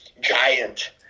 giant